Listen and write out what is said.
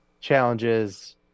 challenges